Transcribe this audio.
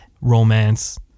romance